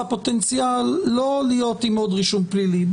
פוטנציאל לא להיות עם עוד רישום פלילי.